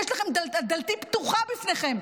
דלתי פתוחה בפניכם.